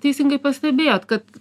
teisingai pastebėjot kad